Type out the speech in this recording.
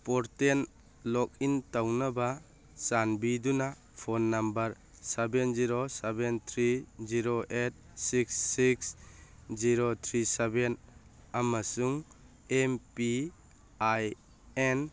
portal login ꯇꯧꯅꯕ ꯆꯥꯟꯕꯤꯗꯨꯅ phone number seven zero seven three zero eight six six zero three seven ꯑꯃꯁꯨꯡ M P I and